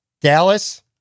Dallas